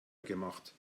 gemacht